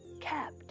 kept